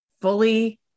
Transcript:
fully